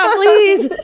um please!